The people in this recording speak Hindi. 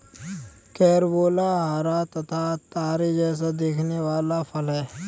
कैरंबोला हरा तथा तारे जैसा दिखने वाला फल है